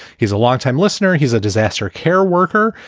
he's a longtime listener. he's a disaster care worker.